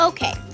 Okay